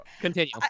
Continue